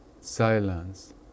silence